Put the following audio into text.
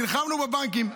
נלחמנו בבנקים,